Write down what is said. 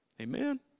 Amen